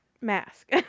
mask